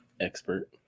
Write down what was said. expert